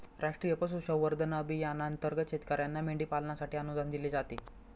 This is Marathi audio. राष्ट्रीय पशुसंवर्धन अभियानांतर्गत शेतकर्यांना मेंढी पालनासाठी अनुदान दिले जाते